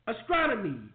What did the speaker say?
astronomy